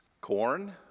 Corn